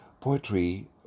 Poetry